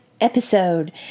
episode